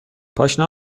پاشنه